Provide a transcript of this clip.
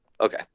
Okay